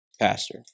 pastor